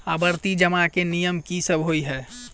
आवर्ती जमा केँ नियम की सब होइ है?